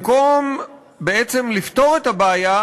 במקום לפתור את הבעיה,